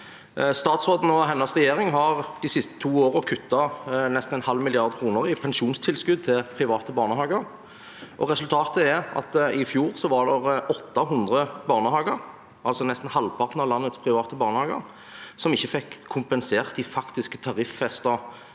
Statsråden og hennes regjering har de to siste årene kuttet nesten en halv milliard kroner i pensjonstilskudd til private barnehager, og resultatet er at det i fjor var 800 barnehager, altså nesten halvparten av landets private barnehager, som ikke fikk kompensert de faktiske tariffestede